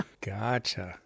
Gotcha